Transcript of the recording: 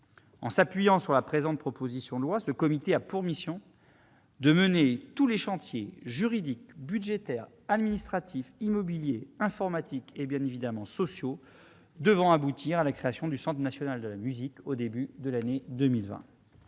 En s'appuyant sur la présente proposition de loi, ce comité a pour mission de mener tous les chantiers juridiques, budgétaires, administratifs, immobiliers, informatiques et sociaux devant aboutir à la création du Centre national de la musique au début de l'année 2020.